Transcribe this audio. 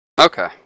Okay